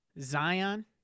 Zion